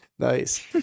Nice